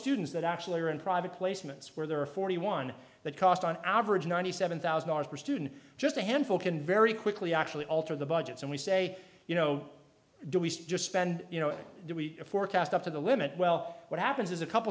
students that actually are in private placements where there are forty one that cost on average ninety seven thousand dollars per student just a handful can very quickly actually alter the budgets and we say you know do we just spend you know do we forecast up to the limit well what happens is a couple